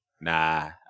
Nah